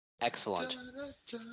Excellent